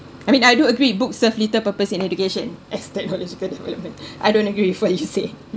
I mean I do agree books serve little purpose in education as technological development I don't agree with what you say